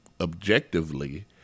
objectively